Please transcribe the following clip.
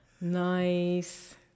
Nice